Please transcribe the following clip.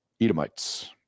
Edomites